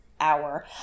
hour